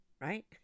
right